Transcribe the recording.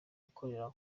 ikorera